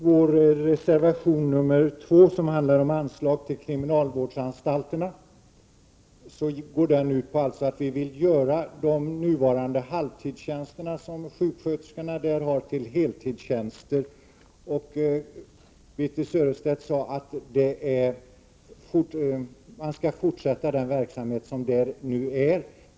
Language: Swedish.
Herr talman! Reservation nr 2 om anslag till kriminalvårdsanstalterna går ut på att vi vill göra de nuvarande halvtidstjänsterna som sjuksköterskorna där har till heltidstjänster. Birthe Sörestedt sade att man skall fortsätta den verksamhet som nu pågår.